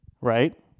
right